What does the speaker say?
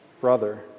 brother